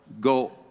go